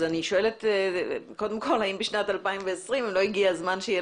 אני שואלת האם בשנת 2020 לא הגיע הזמן שיהיו